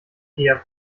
eher